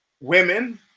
women